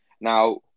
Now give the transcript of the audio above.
Now